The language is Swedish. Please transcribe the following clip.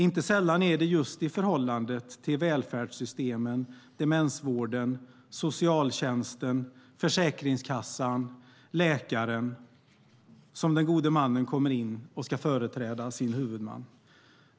Inte sällan är det just i förhållande till välfärdssystemen, demensvården, socialtjänsten, Försäkringskassan och läkaren som den gode mannen kommer in och ska företräda sin huvudman.